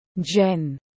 Jen